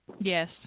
Yes